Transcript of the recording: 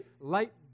light